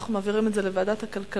אנחנו מעבירים את זה לוועדת הכלכלה,